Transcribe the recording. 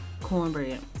cornbread